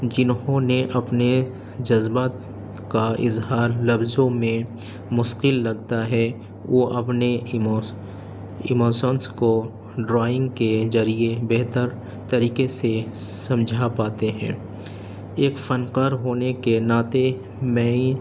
جنہوں نے اپنے جذبات کا اظہار لفظوں میں مشکل لگتا ہے وہ اپنے ایموسنس کو ڈرائنگ کے ذریعے بہتر طریقے سے سمجھا پاتے ہیں ایک فنکار ہونے کے ناطے میں ہی